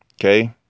Okay